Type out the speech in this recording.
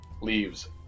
leaves